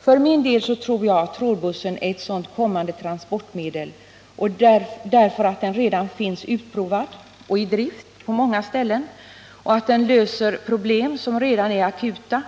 För min del tror jag att trådbussen är ett kommande kollektivt transportmedel. Den finns redan utprovad och i drift på många ställen. Och den löser problem som redan är akuta.